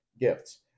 gifts